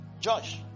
Josh